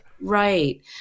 Right